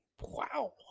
Wow